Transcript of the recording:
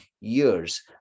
years